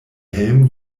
helm